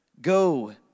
Go